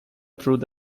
through